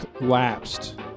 lapsed